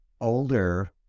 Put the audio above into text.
older